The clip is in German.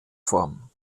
form